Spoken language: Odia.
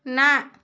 ନା